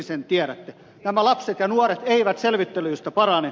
nämä lapset ja nuoret eivät selvittelyistä parane